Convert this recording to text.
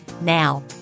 Now